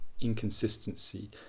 inconsistency